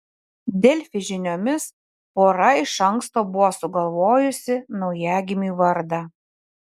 delfi žiniomis pora iš anksto buvo sugalvojusi naujagimiui vardą